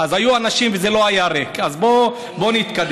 אז היו אנשים, וזה לא היה ריק, אז בואו נתקדם.